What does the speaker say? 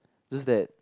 just that